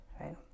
right